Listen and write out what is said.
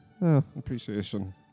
appreciation